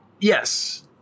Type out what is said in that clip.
yes